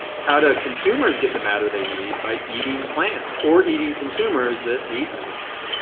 how do consumers get the matter they need? by eating plants or eating consumers that ate plants.